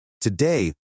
Today